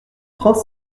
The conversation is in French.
trente